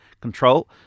control